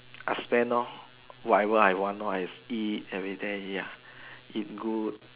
I'll spend lor whatever I want lor I've eat everything ya eat good